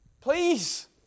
please